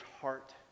heart